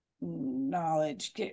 knowledge